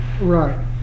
right